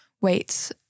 wait